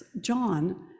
John